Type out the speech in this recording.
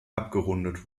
abgerundet